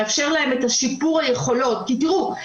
לאפשר להם את שיפור היכולות כי תראו,